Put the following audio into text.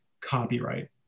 copyright